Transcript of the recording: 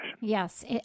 Yes